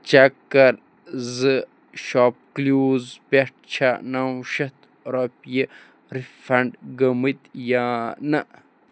check کَر زٕ ShopClues پٮ۪ٹھ چھےٚ نَو شَتھ رۄپیہِ رِفنٛڈ گٔمٕتۍ یا نہٕ